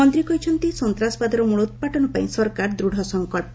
ମନ୍ତ୍ରୀ କହିଛନ୍ତି ସନ୍ତାସବାଦର ମୂଳୋତ୍ପାଟନ ପାଇଁ ସରକାର ଦୂଢ଼ ସଂକଳ୍ପ